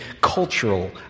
cultural